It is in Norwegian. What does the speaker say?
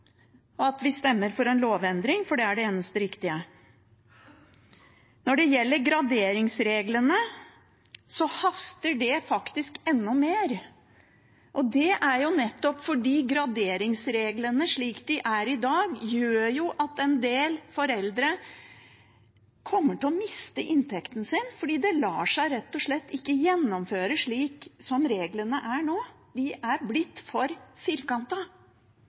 at vi stemmer for – en lovendring. Det er det eneste riktige. Når det gjelder graderingsreglene, haster det enda mer. Det er nettopp fordi graderingsreglene slik de er i dag, gjør at en del foreldre kommer til å miste inntekten sin – fordi det rett og slett ikke lar seg gjennomføre slik som reglene er nå. De er blitt for